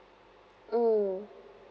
mm